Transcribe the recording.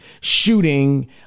shooting